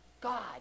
God